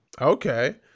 Okay